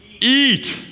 Eat